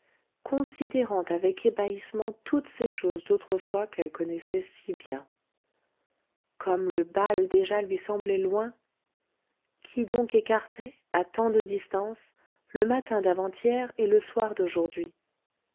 considérant avec ébahissement toutes ces choses d'autrefois qu'elle connaissait si bien comme le bal déjà lui semblait loin qui donc écartait à tant de distance le matin d'avant-hier et le soir d'aujourd'hui